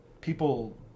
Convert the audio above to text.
people